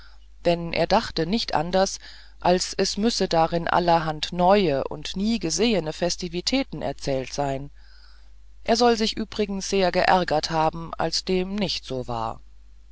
denn er dachte nicht anders als es müssen darin allerhand neue und nie gesehene festivitäten erzählt sein er soll sich übrigens sehr geärgert haben als dem nicht also war